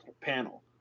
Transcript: panel